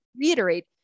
reiterate